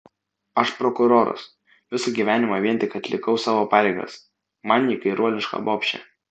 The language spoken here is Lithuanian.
aš prokuroras visą gyvenimą vien tik atlikau savo pareigas man ji kairuoliška bobšė